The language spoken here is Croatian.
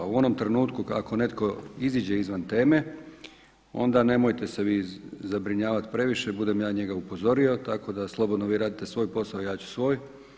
A u onom trenutku ako netko iziđe izvan teme onda nemojte se vi zabrinjavati previše, budem ja njega upozorio tako da slobodno vi radite svoj posao a ja ću svoj.